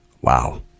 Wow